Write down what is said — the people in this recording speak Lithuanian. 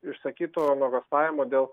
išsakyto nuogąstavimo dėl